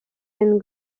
and